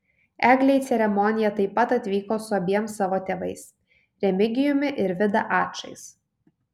eglė į ceremoniją taip pat atvyko su abiem savo tėvais remigijumi ir vida ačais